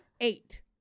eight